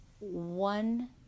one